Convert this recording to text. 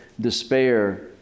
despair